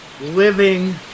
living